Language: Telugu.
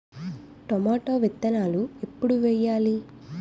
టొమాటో విత్తనాలు ఎప్పుడు వెయ్యాలి?